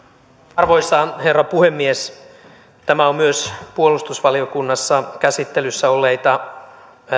arvoisa herra puhemies tämä on myös puolustusvaliokunnassa käsittelyssä olleita